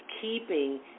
keeping